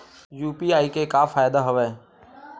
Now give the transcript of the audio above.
UPI के का फ़ायदा हवय?